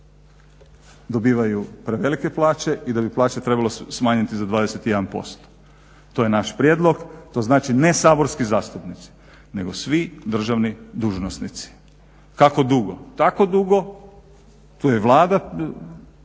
dobivaju prevelike plaće i da bi plaće trebalo smanjiti za 21%. To je naš prijedlog. To znači ne saborski zastupnici, nego svi državni dužnosnici. Kako dugo? Tako dugo, tu je Vlada.